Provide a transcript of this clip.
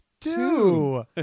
Two